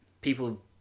people